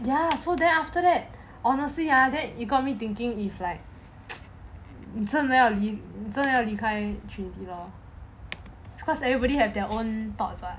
ya so then after that honestly ah then it got me thinking like 你真的要你真的要离开群体 lor because everybody have their own thoughts what